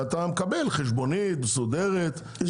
והוא מקבל חשבונית מסודרת עם מע"מ.